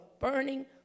burning